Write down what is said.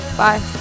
bye